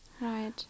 right